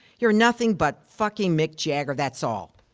you're nothing but fucking mick jagger that's all.